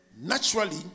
Naturally